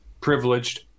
privileged